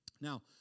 Now